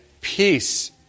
Peace